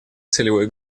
целевой